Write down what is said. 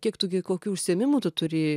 kiek tu gi kokių užsiėmimų tu turi